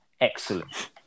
excellent